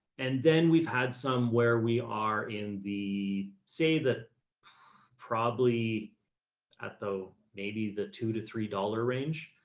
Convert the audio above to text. and then we've had some where we are in the, say that probably at though, maybe the two to three dollars range.